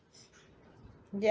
ya